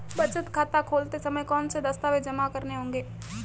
बचत खाता खोलते समय कौनसे दस्तावेज़ जमा करने होंगे?